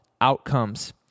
outcomes